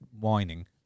whining